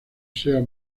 sea